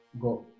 Go